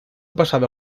pasado